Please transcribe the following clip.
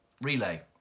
relay